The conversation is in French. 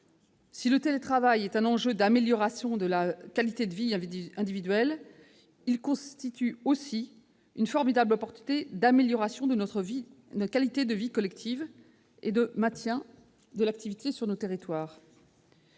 Si le télétravail est un enjeu d'amélioration de la qualité de vie individuelle, il constitue également une formidable opportunité d'amélioration de notre qualité de vie collective et de maintien de l'activité sur nos territoires.